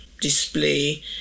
display